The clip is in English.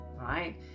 right